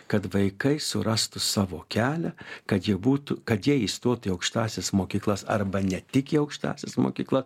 kad vaikai surastų savo kelią kad jie būtų kad jie įstotų į aukštąsias mokyklas arba ne tik į aukštąsias mokyklas